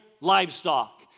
livestock